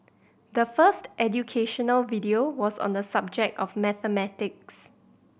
the first educational video was on the subject of mathematics